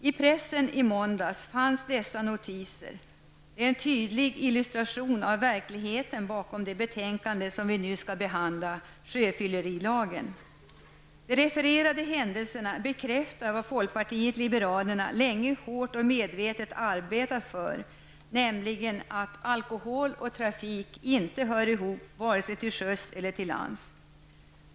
I pressen i måndags fanns dessa notiser och det är en tydlig illustration av verkligheten bakom det betänkande som vi nu skall behandla -- De refererade händelserna bekräftar vad folkpartiet liberalerna länge hårt och medvetet arbetat för nämligen att alkohol och trafik inte hör ihop vare sig till sjöss eller till lands.